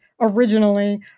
originally